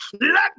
let